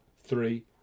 three